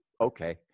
okay